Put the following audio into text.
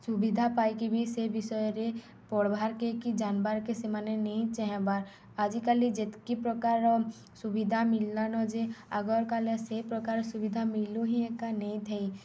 ସୁବିଧା ପାଇକି ବି ସେ ବିଷୟରେ ପଢ଼ବାର୍କେ କି ଜାବାର୍କେ ସେମାନେ ନେଇ ଚାେହଁବାର୍ ଆଜିକାଲି ଯେତ୍କି ପ୍ରକାରର ସୁବିଧା ମିଳିଲାନ ଯେ ଆଗର୍ କା ସେ ପ୍ରକାର ସୁବିଧା ମିଳୁନି ହିଁ ଏକା ନେଇଥାଏ